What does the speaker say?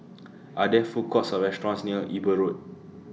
Are There Food Courts Or restaurants near Eber Road